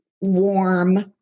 warm